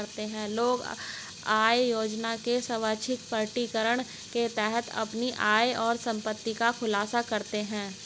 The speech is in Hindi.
लोग आय योजना का स्वैच्छिक प्रकटीकरण के तहत अपनी आय और संपत्ति का खुलासा करते है